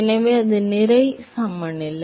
எனவே அதுவே நிறை சமநிலை